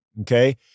Okay